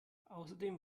außerdem